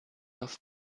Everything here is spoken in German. auf